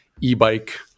e-bike